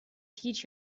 teach